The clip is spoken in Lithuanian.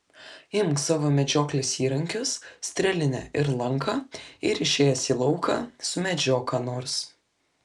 imk savo medžioklės įrankius strėlinę ir lanką ir išėjęs į lauką sumedžiok ką nors